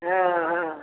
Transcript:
हँ हँ